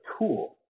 tool